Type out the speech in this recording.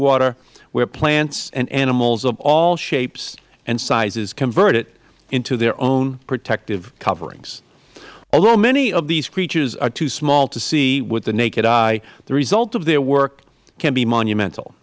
water where plants and animals of all shapes and sizes convert it into their own protective coverings although many of these creatures are too small to see with the naked eye the result of their work can be monumental